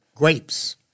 grapes